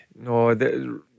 No